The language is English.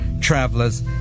travelers